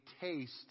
taste